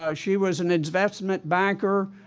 ah she was an investment banker,